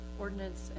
ordinance